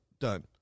Done